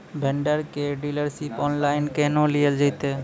Vendor केर dealership online केहनो लियल जेतै?